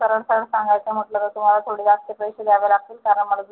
सरळ सरळ सांगायचं म्हटलं तर तुम्हाला थोडे जास्त पैसे द्यावे लागतील कारण मला